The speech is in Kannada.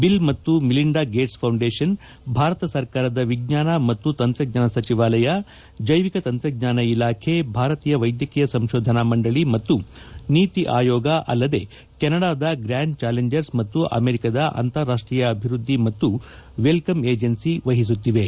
ಬಿಲ್ ಮತ್ತು ಮಿಲಿಂಡಾ ಗೇಟ್ಸ್ ಫೌಂಡೇಷನ್ ಭಾರತ ಸರ್ಕಾರದ ವಿಜ್ಞಾನ ಮತ್ತು ತಂತ್ರಜ್ಞಾನ ಸಚವಾಲಯ ಜೈವಿಕ ತಂತ್ರಜ್ಞಾನ ಇಲಾಖೆ ಭಾರತೀಯ ವೈದ್ಯಕೀಯ ಸಂಶೋಧನಾ ಮಂಡಳಿ ಮತ್ತು ನೀತಿ ಆಯೋಗ ಅಲ್ಲದೆ ಕೆನಡಾದ ಗ್ರ್ಯಾಂಡ್ ಚಾಲೆಂಜರ್ಸ್ ಮತ್ತು ಅಮೆರಿಕದ ಅಂತಾರಾಷ್ಟೀಯ ಅಭಿವೃದ್ಧಿ ಮತ್ತು ವೆಲ್ಕಮ್ ಏಜೆನ್ಸಿ ವಹಿಸುತ್ತಿವೆ